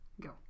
Go